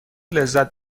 لذت